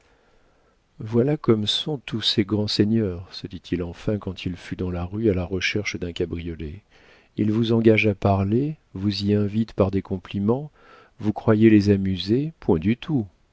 voilà comme sont tous ces grands seigneurs se dit-il enfin quand il fut dans la rue à la recherche d'un cabriolet ils vous engagent à parler vous y invitent par des compliments vous croyez les amuser point du tout